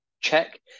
Check